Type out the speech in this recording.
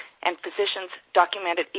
and physicians documented,